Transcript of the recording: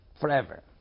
forever